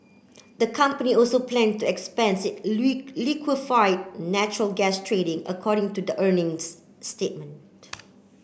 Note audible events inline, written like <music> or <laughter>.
the company also plan to expand its <unintelligible> liquefied natural gas trading according to the earnings statement